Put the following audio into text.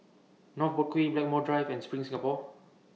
North Boat Quay Blackmore Drive and SPRING Singapore